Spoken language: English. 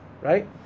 Right